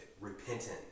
repentant